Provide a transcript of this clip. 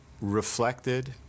reflected